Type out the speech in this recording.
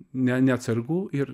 ne neatsargu ir